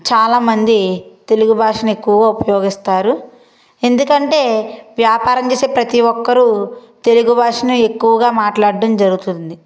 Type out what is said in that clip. చాలామంది తెలుగు భాషను ఎక్కువ ఉపయోగిస్తారు ఎందుకంటే వ్యాపారం చేసే ప్రతి ఒక్కరు తెలుగు భాషను ఎక్కువగా మాట్లాడడం జరుగుతుంది